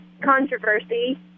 controversy